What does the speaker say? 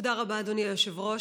תודה רבה, אדוני היושב-ראש.